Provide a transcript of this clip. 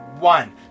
one